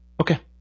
Okay